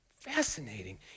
Fascinating